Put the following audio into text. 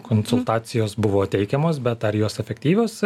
konsultacijos buvo teikiamos bet ar jos efektyvios